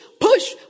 push